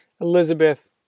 Elizabeth